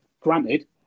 Granted